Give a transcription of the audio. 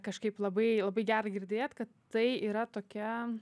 kažkaip labai labai gera girdėt kad tai yra tokia